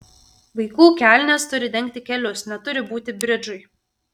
vaikų kelnės turi dengti kelius neturi būti bridžai